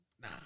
Nah